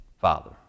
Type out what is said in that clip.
Father